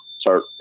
start